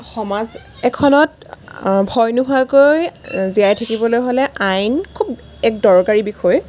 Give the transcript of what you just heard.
সমাজ এখনত ভয় নোখোৱাকৈ জীয়াই থাকিবলৈ হ'লে আইন খুব এক দৰকাৰী বিষয়